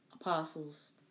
apostles